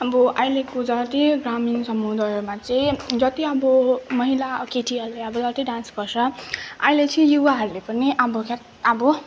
अब अहिलेको जति ग्रामीण समुदायमा चाहिँ जति अब महिला केटीहरूले अब जति डान्स गर्छ अहिले चाहिँ युवाहरूले पनि अब क्या त अब